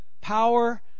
power